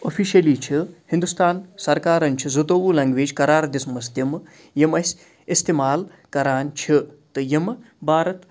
officially چھِ ہِندُستان سرکارَن چھِ زٕتوٚوُہ لینٛگویج قرار دِژمٕژ تِمہٕ یِم أسۍ استعمال کران چھِ تہٕ یِمہٕ بھارت